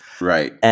Right